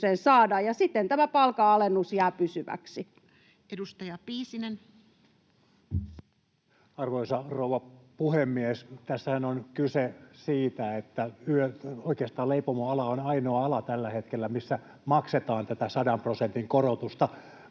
ja siten tämä palkanalennus jää pysyväksi. Edustaja Piisinen. Arvoisa rouva puhemies! Tässähän on kyse siitä, että oikeastaan leipomoala on tällä hetkellä ainoa ala, missä maksetaan tätä 100 prosentin korotusta